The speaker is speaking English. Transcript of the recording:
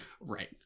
right